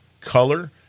color